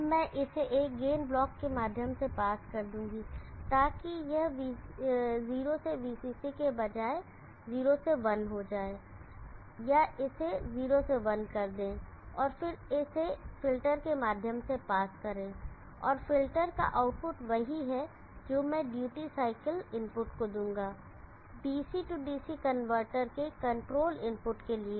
अब मैं इसे एक गेन ब्लॉक के माध्यम से पास कर दूंगा ताकि यह 0 से VCC के बजाय 0 से 1 हो जाए या इसे 0 से 1 कर दे और फिर इसे फ़िल्टर के माध्यम से पास करें और फ़िल्टर का आउटपुट वही है जो मैं ड्यूटी साइकिल इनपुट को दूंगा DC DC कनवर्टर के कंट्रोल इनपुट के लिए